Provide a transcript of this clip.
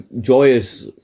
joyous